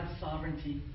sovereignty